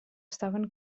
estaven